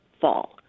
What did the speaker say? fall